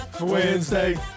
Wednesday